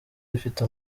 ifite